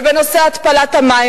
ובנושא התפלת המים,